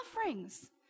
offerings